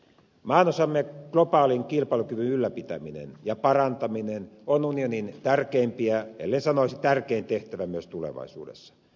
maanosamme globaalin kilpailukyvyn ylläpitäminen ja parantaminen on unionin tärkeimpiä tehtäviä ellen sanoisi tärkein tehtävä myös tulevaisuudessa